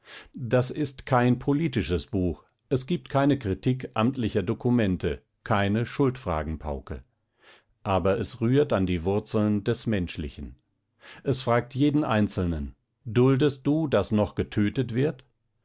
das ist kein politisches buch es gibt keine kritik amtlicher dokumente keine schuldfragenpauke aber es rührt an die wurzeln des menschlichen es fragt jeden einzelnen duldest du daß noch getötet wird